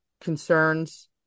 concerns